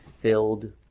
filled